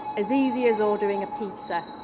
as easy as ordering a pizza.